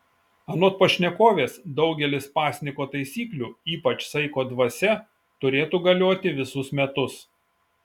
anot pašnekovės daugelis pasninko taisyklių ypač saiko dvasia turėtų galioti visus metus